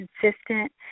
consistent